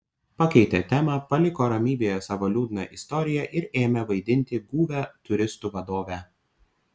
pakeitė temą paliko ramybėje savo liūdną istoriją ir ėmė vaidinti guvią turistų vadovę